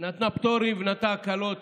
נתנה פטורים ונתנה הקלות